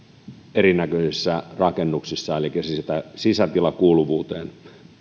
erinäköisissä rakennuksissa elikkä myös sisätilakuuluvuuteen